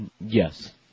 Yes